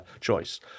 choice